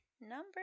Number